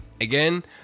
Again